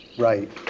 right